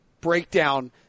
breakdown